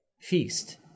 feast